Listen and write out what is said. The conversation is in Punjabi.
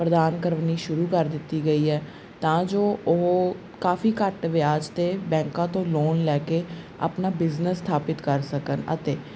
ਪ੍ਰਦਾਨ ਕਰਨੀ ਸ਼ੁਰੂ ਕਰ ਦਿੱਤੀ ਗਈ ਹੈ ਤਾਂ ਜੋ ਉਹ ਕਾਫੀ ਘੱਟ ਵਿਆਜ਼ 'ਤੇ ਬੈਂਕਾਂ ਤੋਂ ਲੋਨ ਲੈ ਕੇ ਆਪਣਾ ਬਿਜ਼ਨਸ ਸਥਾਪਿਤ ਕਰ ਸਕਣ ਅਤੇ